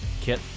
kit